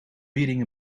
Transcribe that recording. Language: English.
reading